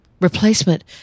replacement